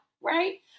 Right